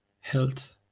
health